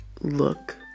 look